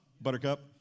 buttercup